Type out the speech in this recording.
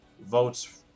votes